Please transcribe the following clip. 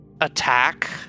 attack